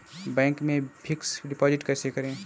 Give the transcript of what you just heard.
Bank में fix deposit कैसे करें?